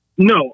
No